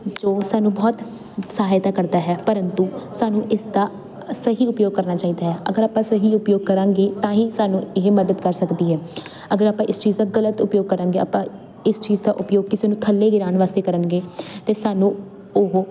ਜੋ ਸਾਨੂੰ ਬਹੁਤ ਸਹਾਇਤਾ ਕਰਦਾ ਹੈ ਪਰੰਤੂ ਸਾਨੂੰ ਇਸਦਾ ਸਹੀ ਉਪਯੋਗ ਕਰਨਾ ਚਾਹੀਦਾ ਹੈ ਅਗਰ ਆਪਾਂ ਸਹੀ ਉਪਯੋਗ ਕਰਾਂਗੇ ਤਾਂ ਹੀ ਸਾਨੂੰ ਇਹ ਮਦਦ ਕਰ ਸਕਦੀ ਅਗਰ ਆਪਾਂ ਇਸ ਚੀਜ਼ ਦਾ ਗਲਤ ਉਪਯੋਗ ਕਰਾਂਗੇ ਆਪਾਂ ਇਸ ਚੀਜ਼ ਦਾ ਉਪਯੋਗ ਕਿਸੇ ਨੂੰ ਥੱਲੇ ਗਿਰਾਣ ਵਾਸਤੇ ਕਰਨਗੇ ਤੇ ਸਾਨੂੰ ਉਹ